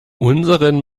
unseren